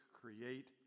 create